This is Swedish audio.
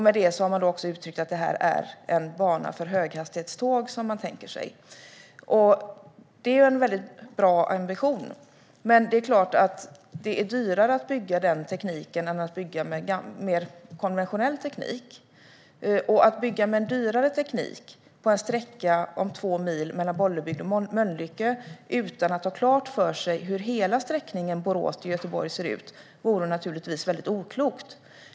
Med detta har man också uttryckt att man tänker sig en bana för höghastighetståg. Det är en väldigt bra ambition, men det är klart att det är dyrare att bygga med den tekniken än att bygga med mer konventionell teknik. Att bygga med en dyrare teknik på en sträcka av två mil mellan Bollebygd och Mölnlycke utan att ha klart för sig hur hela sträckningen Borås-Göteborg ser ut vore naturligtvis väldigt oklokt.